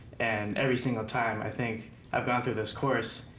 and every single time i think i've gone through this course,